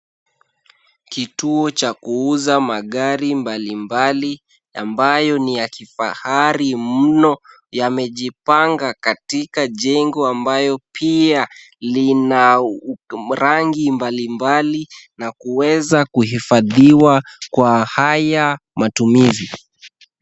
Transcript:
Kituo cha kuuza magari mbalimbali ambayo ni ya kifahari mno. Yamejipanga katika jengo ambayo pia lina rangi mbalimbali na kuweza kuhifadhiwa kwa haya matumizi.